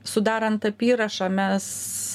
sudarant apyrašą mes